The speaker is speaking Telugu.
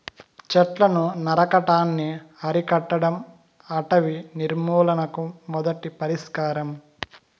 చెట్లను నరకటాన్ని అరికట్టడం అటవీ నిర్మూలనకు మొదటి పరిష్కారం